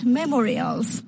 memorials